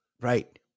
Right